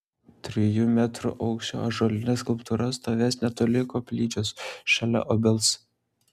trijų metrų aukščio ąžuolinė skulptūra stovės netoli koplyčios šalia obels